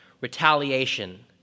retaliation